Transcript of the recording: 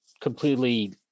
completely